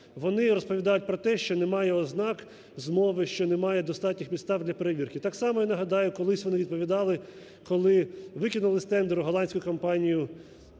Вони розповідають про те, що немає ознак змови, що немає достатніх підстав для перевірки. Так само, я нагадаю, колись вони відповідали, коли викинули з тендеру голландську компанію